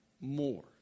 more